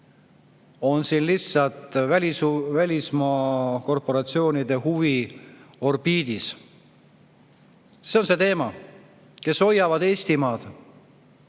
on siis lihtsalt välismaa korporatsioonide huviorbiidis. See on see teema. Kes hoiavad Eestimaad,